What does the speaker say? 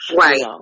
Right